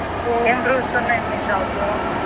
ఏమేమి ఫ్రూట్స్ ఉన్నాయి మీ షాప్లో